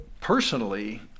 Personally